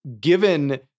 given